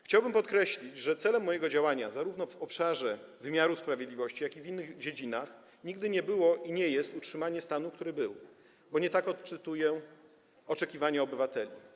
Chciałbym podkreślić, że celem mojego działania zarówno w obszarze wymiaru sprawiedliwości, jak i w innych dziedzinach nigdy nie było i nie jest utrzymanie stanu, który był, bo nie tak odczytuję oczekiwania obywateli.